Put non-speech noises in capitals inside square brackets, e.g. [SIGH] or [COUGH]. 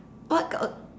what [UNINTELLIGIBLE]